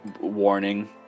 warning